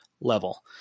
level